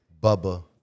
Bubba